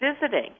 visiting